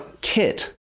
kit